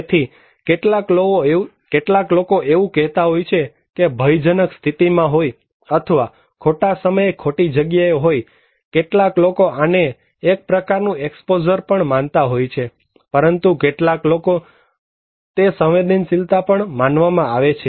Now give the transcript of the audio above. તેથી કેટલાક લોકો એવું કહેતા હોય છે કે ભયજનક સ્થિતિમાં હોય અથવા ખોટા સમયે ખોટી જગ્યાએ હોય છે કેટલાક લોકો આને એક પ્રકારનું એક્સપોઝર પણ માનતા હોય છે પરંતુ કેટલાક લોકો માટે તે સંવેદનશીલતા પણ માનવામાં આવે છે